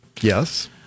Yes